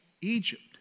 Egypt